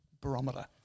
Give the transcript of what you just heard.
barometer